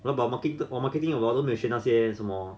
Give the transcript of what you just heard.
what about market~ marketing 我都没有去那些什么